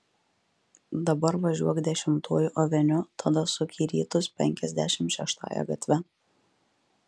dabar važiuok dešimtuoju aveniu tada suk į rytus penkiasdešimt šeštąja gatve